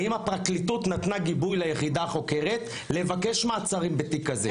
האם הפרקליטות נתנה גיבוי ליחידה החוקרת לבקש מעצרים בתיק הזה,